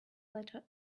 letter